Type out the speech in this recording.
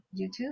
YouTube